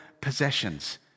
possessions